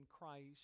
Christ